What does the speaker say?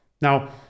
now